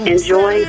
Enjoy